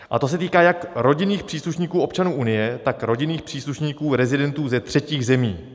A to se týká jak rodinných příslušníků občanů Unie, tak rodinných příslušníků rezidentů ze třetích zemí.